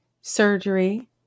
Surgery